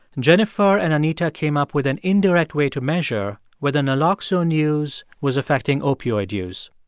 jennifer and anita came up with an indirect way to measure whether naloxone use was affecting opioid use.